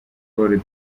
paul